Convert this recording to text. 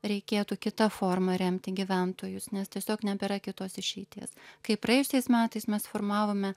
reikėtų kita forma remti gyventojus nes tiesiog nebėra kitos išeities kai praėjusiais metais mes formavome